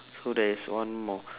so there is one more